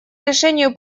решению